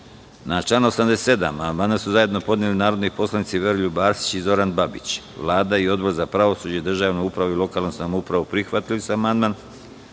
član 87. amandman su zajedno podneli narodni poslanici Veroljub Arsić i Zoran Babić. Vlada i Odbor za pravosuđe, državnu upravu i lokalnu samoupravu prihvatili su amandman,